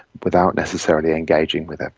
without necessarily engaging with it.